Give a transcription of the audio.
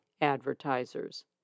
advertisers